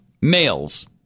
males